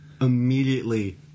immediately